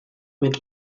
mit